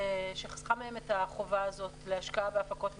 את החובה הזאת להשקעה בהפקות מקור.